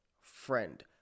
friend